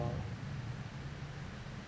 !wow!